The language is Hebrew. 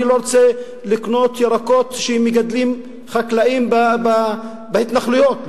אני לא רוצה לקנות ירקות שמגדלים חקלאים בהתנחלויות,